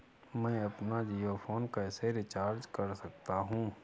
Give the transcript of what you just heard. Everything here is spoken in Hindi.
मैं अपना जियो फोन कैसे रिचार्ज कर सकता हूँ?